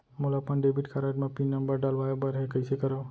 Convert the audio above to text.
मोला अपन debit card म पिन नंबर डलवाय बर हे कइसे करव?